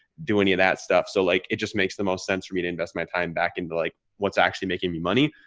do any of that stuff. stuff. so like, it just makes the most sense for me to invest my time back into like, what's actually making me money?